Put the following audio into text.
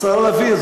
השר לוין,